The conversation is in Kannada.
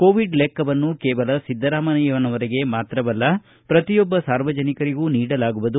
ಕೋವಿಡ್ ಲೆಕ್ಕವನ್ನ ಕೇವಲ ಸಿದ್ದರಾಮಯ್ಯನವರಿಗೆ ಮಾತ್ರವಲ್ಲ ಪ್ರತಿಯೊಬ್ಬ ಸಾರ್ವಜನಿಕರಿಗೂ ನೀಡಲಾಗುವುದು